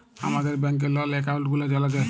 আমাদের ব্যাংকের লল একাউল্ট গুলা জালা যায়